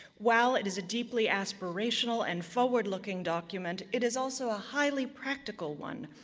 while it is a deeply aspirational and forward-looking document, it is also a highly practical one.